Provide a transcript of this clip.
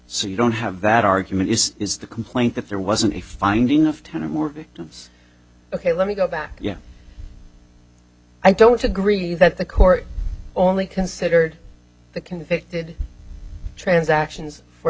so you don't have that argument is is the complaint that there wasn't a finding of ten or more victims ok let me go back yeah i don't agree that the court only considered the convicted transactions for